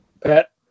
Pat